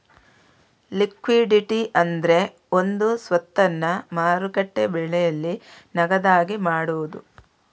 liquidity ಅಂದ್ರೆ ಒಂದು ಸ್ವತ್ತನ್ನ ಮಾರುಕಟ್ಟೆ ಬೆಲೆನಲ್ಲಿ ನಗದಾಗಿ ಮಾಡುದು